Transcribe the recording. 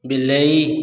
ବିଲେଇ